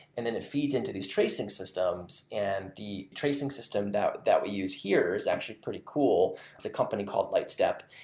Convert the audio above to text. and then it feeds into these tracing systems, and the tracing system that that we use here is actually pretty cool. it's a company called lightstep,